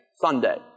Sunday